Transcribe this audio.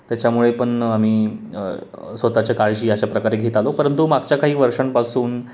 त्याच्यामुळे पण आम्ही स्वतःच्या काळजी अशा प्रकारे घेत आलो परंतु मागच्या काही वर्षांपासून